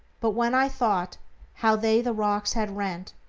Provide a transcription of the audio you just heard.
but when i thought how they the rocks had rent,